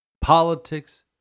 politics